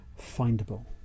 findable